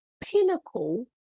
pinnacle